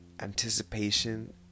anticipation